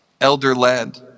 Elder-led